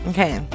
Okay